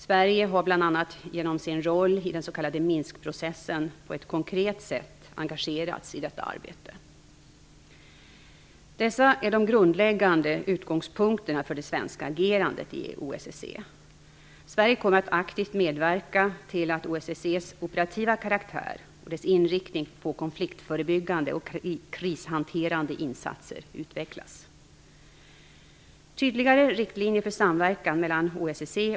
Sverige har bl.a. genom sin roll i den s.k. Minskprocessen på ett konkret sätt engagerats i detta arbete. Dessa är de grundläggande utgångspunkterna för det svenska agerandet i OSSE. Sverige kommer att aktivt medverka till att OSSE:s operativa karaktär och dess inriktning på konfliktförebyggande och krishanterande insatser utvecklas.